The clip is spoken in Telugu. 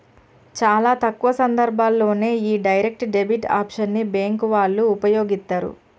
చాలా తక్కువ సందర్భాల్లోనే యీ డైరెక్ట్ డెబిట్ ఆప్షన్ ని బ్యేంకు వాళ్ళు వుపయోగిత్తరు